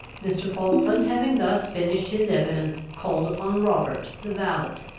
mr. falkland having thus finished his evidence, called upon robert, the valet,